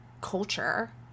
culture